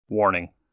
Warning